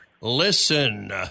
listen